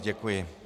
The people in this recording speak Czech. Děkuji.